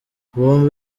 bombi